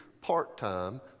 part-time